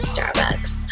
Starbucks